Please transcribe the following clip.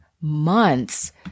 months